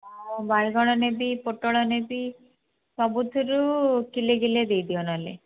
ବାଇଗଣ ନେବି ପୋଟଳ ନେବି ସବୁଥିରୁ କିଲେ କିଲେ ଦେଇ ଦିଅ ନହେଲେ